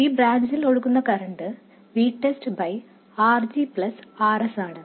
ഈ ബ്രാഞ്ചിൽ ഒഴുകുന്ന കറന്റ് VTEST RG Rs ആണ്